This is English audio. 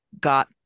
got